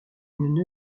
une